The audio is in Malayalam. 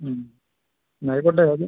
ഉം ആയിക്കോട്ടെ അത്